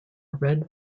red